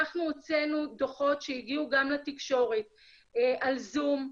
הוצאנו דו"חות שהגיעו גם לתקשורת על זום,